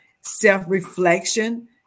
self-reflection